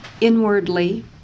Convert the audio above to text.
inwardly